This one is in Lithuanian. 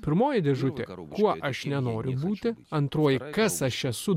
pirmoji dėžutė kuo aš nenoriu būti antroji kas aš esu